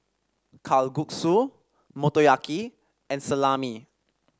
Kalguksu Motoyaki and Salami